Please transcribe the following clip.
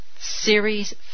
Series